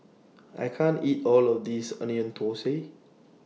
I can't eat All of This Onion Thosai